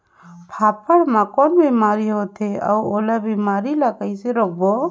फाफण मा कौन बीमारी होथे अउ ओला बीमारी ला कइसे रोकबो?